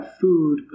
food